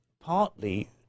partly